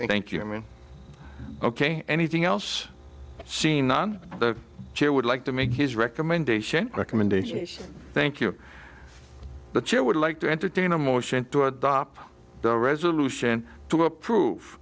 okama thank you mean ok anything else seen on the chair would like to make his recommendation recommendation thank you the chair would like to entertain a motion to adopt the resolution to approve